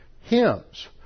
hymns